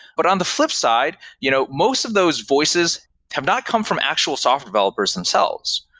but on the flipside, you know most of those voices have not come from actual software developers themselves.